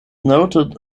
noted